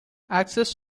access